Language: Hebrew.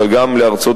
אבל גם לארצות-הברית,